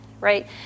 right